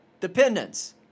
dependence